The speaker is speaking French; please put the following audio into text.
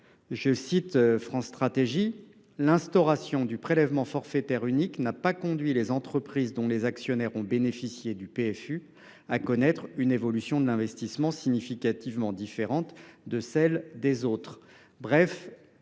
Selon France Stratégie, « l’instauration du prélèvement forfaitaire unique n’a pas conduit les entreprises dont les actionnaires ont bénéficié du PFU à connaître une évolution de l’investissement significativement différente de celle des autres ».